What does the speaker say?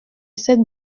cette